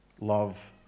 Love